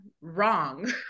wrong